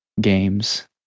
games